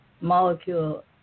molecule